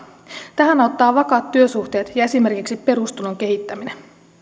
tähän auttavat vakaat työsuhteet ja esimerkiksi perustulon kehittäminen